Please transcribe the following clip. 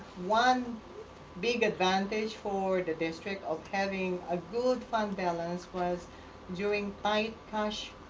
one big advantage for the district of having a good fund balance was during high cash